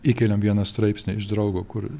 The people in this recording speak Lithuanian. įkeliam vieną straipsnį iš draugo kur